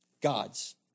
God's